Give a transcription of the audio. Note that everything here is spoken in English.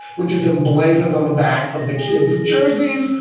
which is emblazoned on the back of the kid's jerseys,